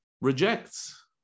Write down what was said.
rejects